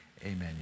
Amen